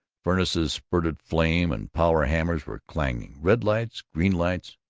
furnaces spurted flame, and power-hammers were clanging. red lights, green lights,